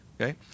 Okay